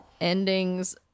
endings